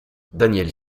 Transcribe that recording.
daniel